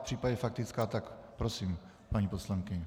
V případě, že faktická, tak prosím paní poslankyni.